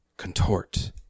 contort